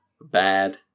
Bad